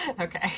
Okay